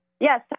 yes